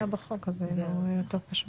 אם זה היה בחוק זה היה יותר פשוט.